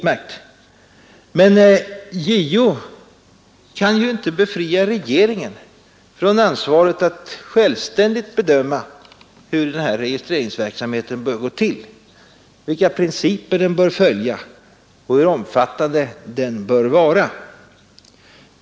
Men JO kan ju inte befria regeringen från ansvaret att självständigt bedöma hur registreringsverksamheten bör gå till, vilka principer den bör följa och hur omfattande den bör vara.